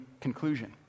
conclusion